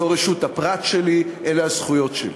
זו רשות הפרט שלי, אלה הזכויות שלי.